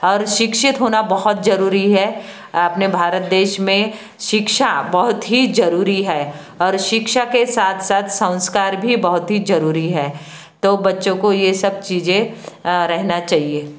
और शिक्षित होना बहुत ज़रूरी है अपने भारत देश में शिक्षा बहुत ही ज़रूरी है और शिक्षा के साथ साथ संस्कार भी बहुत ही ज़रूरी है तो बच्चों को ये सब चीज़ें रहना चाहिए